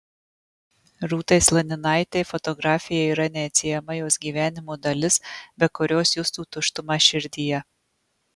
rūtai slaninaitei fotografija yra neatsiejama jos gyvenimo dalis be kurios justų tuštumą širdyje